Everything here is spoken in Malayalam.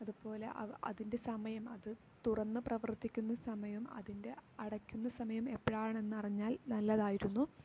അതുപോലെ അ അതിൻ്റെ സമയം അത് തുറന്ന് പ്രവർത്തിക്കുന്ന സമയം അതിൻ്റെ അടയ്ക്കുന്ന സമയം എപ്പഴാണെന്ന് അറിഞ്ഞാൽ നല്ലതായിരുന്നു